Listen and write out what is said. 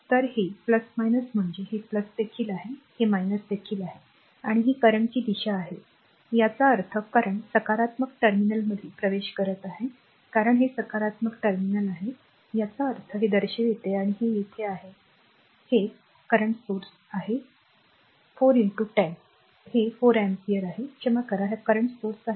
तर हे म्हणजे हे देखील आहे हे देखील आहे आणि ही current ची दिशा आहे याचा अर्थ करंट सकारात्मक टर्मिनलमध्ये प्रवेश करत आहे कारण हे सकारात्मक टर्मिनल आहे याचा अर्थ हे दर्शविते आणि हे येथे आहे जे येथे कॉल करते हे आहे r current स्त्रोत आहे क्षमस्व हे 4 10 आहे हे r 4 अँपिअर आहे क्षमा करा हे Current स्त्रोत आहे